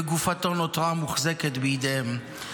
וגופתו נותרה מוחזקת בידיהם.